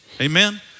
Amen